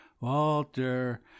Walter